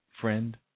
friend